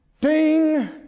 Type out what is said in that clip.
ding